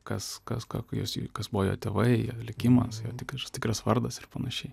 kas kas ką jo kas buvo jo tėvai likimas jo tik tikras vardas ir panašiai